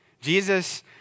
Jesus